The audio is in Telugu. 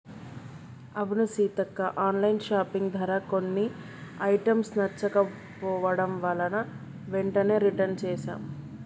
అవును సీతక్క ఆన్లైన్ షాపింగ్ ధర కొన్ని ఐటమ్స్ నచ్చకపోవడం వలన వెంటనే రిటన్ చేసాం